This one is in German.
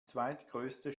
zweitgrößte